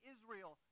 Israel